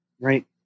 Right